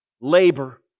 Labor